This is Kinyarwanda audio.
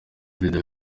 video